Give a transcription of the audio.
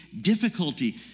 difficulty